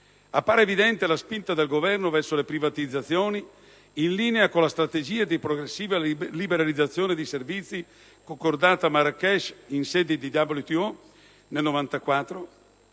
Appare evidente la spinta del Governo verso le privatizzazioni, in linea con la strategia di progressiva liberalizzazione dei servizi concordata a Marrakech in sede di WTO nel 1994